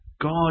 God